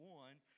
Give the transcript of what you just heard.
one –